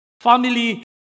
family